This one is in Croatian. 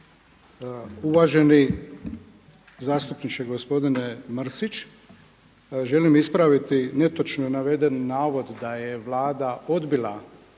Uvaženi zastupniče gospodine Mrsić, želim ispraviti netočno naveden navod da je Vlada odbila